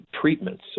Treatments